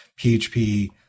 PHP